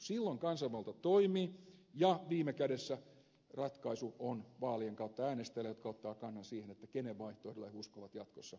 silloin kansanvalta toimii ja viime kädessä ratkaisu on vaalien kautta äänestäjillä jotka ottavat kannan siihen kenen vaihtoehdolle he uskovat jatkossa kannatuksensa